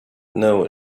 know